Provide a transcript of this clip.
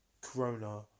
Corona